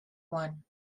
one